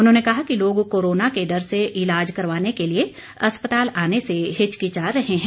उन्होंने कहा कि लोग कोरोना के डर से ईलाज करवाने के लिए अस्पताल आने से हिचकिचा रहे हैं